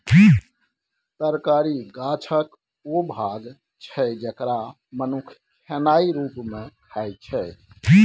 तरकारी गाछक ओ भाग छै जकरा मनुख खेनाइ रुप मे खाइ छै